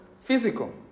physical